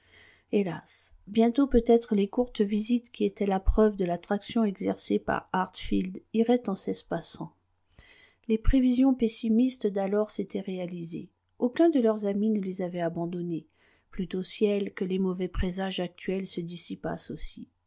hélas bientôt peut-être les courtes visites qui étaient la preuve de l'attraction exercée par hartfield iraient en s'espaçant les prévisions pessimistes d'alors s'étaient réalisées aucun de leurs amis ne les avait abandonnés plût au ciel que les mauvais présages actuels se dissipassent aussi